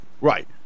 Right